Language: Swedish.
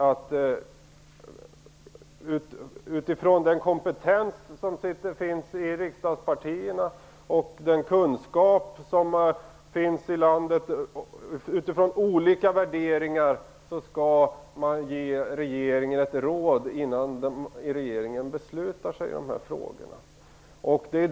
Utifrån den kompetens som finns i riksdagspartierna, den kunskap och de olika värderingar som finns i landet skall man ge regeringen råd innan den beslutar sig i de här frågorna.